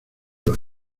los